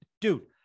dude